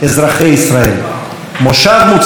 מושב מוצלח, תודה רבה.